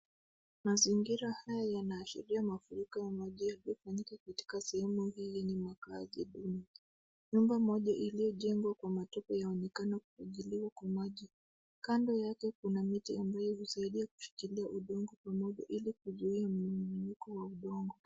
Mazingira haya yana ashiria mafuriko wa majengo yaliyo fanyika katika sehemu hii yenye maakazi duni. Nyumba moja iliyo jengwa kwa matope yanaonekana kufagiliwa kwa maji. Kando yake kuna miti ambayo husaidia kushikilia udongo pamoja ili kuzuia mnyenyeko wa udongo.